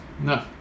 No